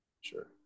sure